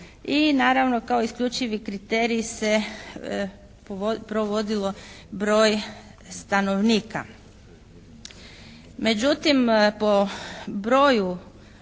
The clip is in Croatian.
i naravno kao isključivi kriteriji se provodilo broj stanovnika.